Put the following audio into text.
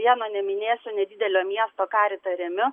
vieno neminėsiu nedidelio miesto karitą remiu